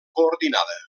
coordinada